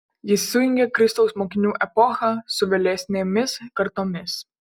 jis sujungė kristaus mokinių epochą su vėlesnėmis kartomis